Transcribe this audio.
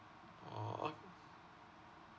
orh ok